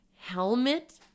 helmet